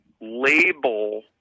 label